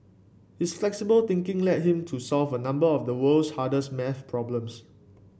his flexible thinking led him to solve a number of the world's hardest math problems